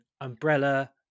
Umbrella